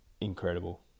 incredible